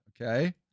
okay